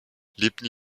lebten